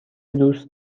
دوست